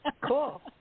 Cool